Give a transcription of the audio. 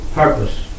purpose